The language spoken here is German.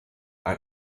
ein